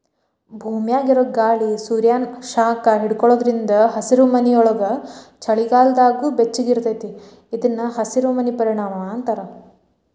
ಭೂಮ್ಯಾಗಿರೊ ಗಾಳಿ ಸೂರ್ಯಾನ ಶಾಖ ಹಿಡ್ಕೊಳೋದ್ರಿಂದ ಹಸಿರುಮನಿಯೊಳಗ ಚಳಿಗಾಲದಾಗೂ ಬೆಚ್ಚಗಿರತೇತಿ ಇದನ್ನ ಹಸಿರಮನಿ ಪರಿಣಾಮ ಅಂತಾರ